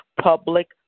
Public